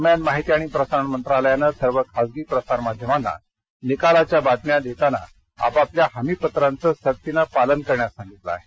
दरम्यान माहिती आणि प्रसारण मंत्रालयानं सर्व खासगी प्रसार माध्यमांना निकालाच्या बातम्या देताना आपापल्या हमीपत्रांचं सकीनं पालन करण्यास सांगितलं आहे